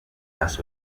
has